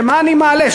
מה אני מעלה,